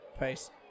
peace